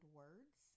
words